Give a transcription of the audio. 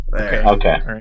Okay